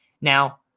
now